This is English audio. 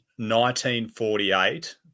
1948